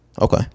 Okay